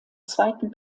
zweiten